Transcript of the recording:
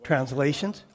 Translations